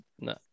No